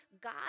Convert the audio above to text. God